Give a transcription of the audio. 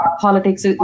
politics